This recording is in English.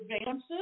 advances